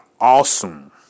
awesome